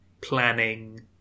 planning